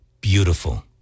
beautiful